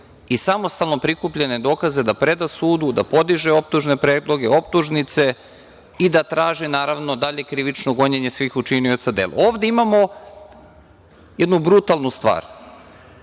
i samostalno prikupljene dokaze da preda sudu, da podiže optužne predloge, optužnice i da traži dalje krivično gonjenje svih učinilaca dela. Ovde imamo jednu brutalnu stvar